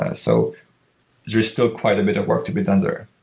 ah so there's still quite a bit of work to be done there